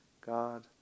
God